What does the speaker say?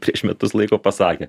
prieš metus laiko pasakę